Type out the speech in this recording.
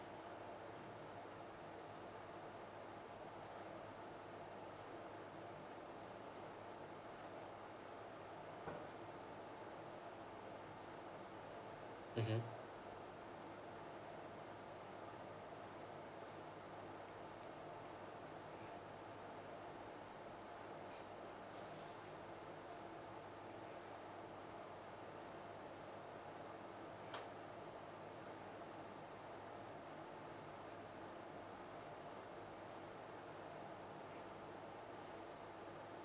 mmhmm